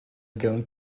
going